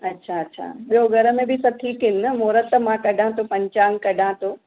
अच्छा अच्छा ॿियों घर में बि सभ ठीकु आहिनि न महूरतु त मां कढा थो पंचाग कढा थो